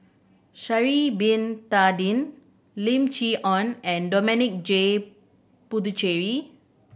Sha'ari Bin Tadin Lim Chee Onn and Dominic J Puthucheary